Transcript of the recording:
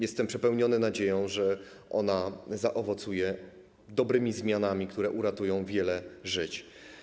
Jestem przepełniony nadzieją, że ona zaowocuje dobrymi zmianami, które uratują wiele żyć.